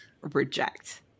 reject